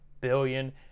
billion